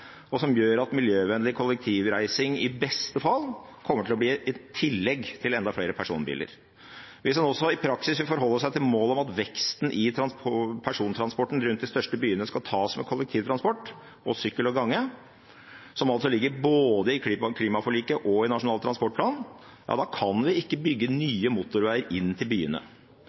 og som gjør at miljøvennlig kollektivreising i beste fall kommer til å bli et tillegg til enda flere personbiler. Hvis man i praksis også vil forholde seg til målet om at veksten i persontransporten rundt de største byene skal tas med kollektivtransport, sykkel og gange, som ligger i både klimaforliket og Nasjonal transportplan, kan vi ikke bygge nye motorveier inn til byene.